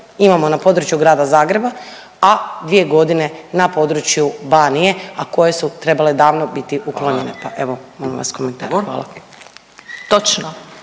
imamo na području Grada Zagreba, a 2 godine na području Banije a koje su trebale davno biti uklonjene, pa evo, molim vas komentar. **Radin,